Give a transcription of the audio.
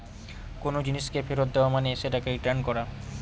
কোনো জিনিসকে ফেরত দেওয়া মানে সেটাকে রিটার্ন করা